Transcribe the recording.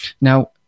now